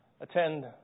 attend